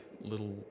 little